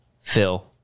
Phil